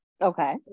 Okay